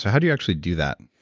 so how do you actually do that?